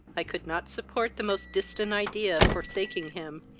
i could not support the most distant idea of forsaking him,